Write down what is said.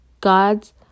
God's